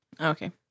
Okay